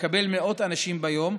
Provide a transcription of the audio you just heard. המקבל מאות אנשים ביום,